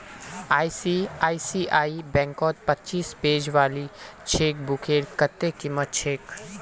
ICICI बैंकत पच्चीस page वाली चेकबुकेर कत्ते कीमत छेक